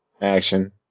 action